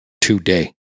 today